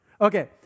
Okay